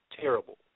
terrible